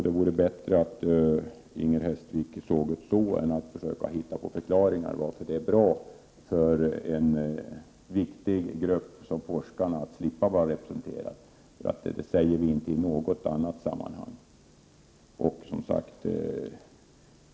Det vore bättre om Inger Hestvik såg saken så än att försöka hitta förklaringar till varför det är bra för en viktig grupp som forskarna att slippa vara representerad. Så säger vi inte i något annat sammanhang.